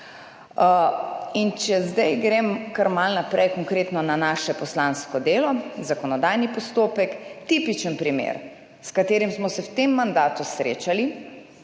In če zdaj grem kar malo naprej, konkretno na naše poslansko delo. Zakonodajni postopek, tipičen primer s katerim smo se v tem mandatu srečali,